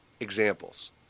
examples